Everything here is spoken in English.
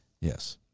Yes